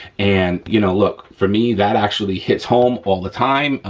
and, you know, look, for me, that actually hits home all the time,